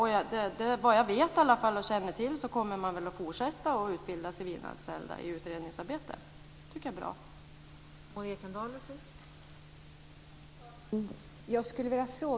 Såvitt jag känner till kommer man att fortsätta att utbilda civilanställda i utredningsarbete. Det tycker jag är bra.